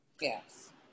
yes